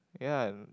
ya